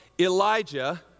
Elijah